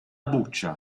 buccia